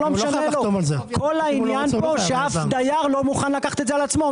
כל העניין כאן הוא שאף דייר לא מוכן לקחת את זה על עצמו.